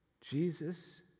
Jesus